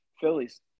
Phillies